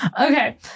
Okay